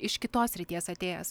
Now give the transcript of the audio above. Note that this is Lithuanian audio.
iš kitos srities atėjęs